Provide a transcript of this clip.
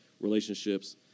relationships